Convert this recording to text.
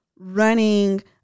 Running